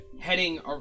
Heading